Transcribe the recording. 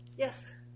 Yes